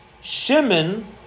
Shimon